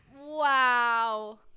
wow